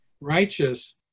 righteous